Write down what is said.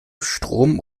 strom